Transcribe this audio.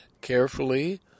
carefully